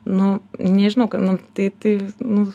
nu nežinau nu tai tai nu